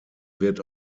wird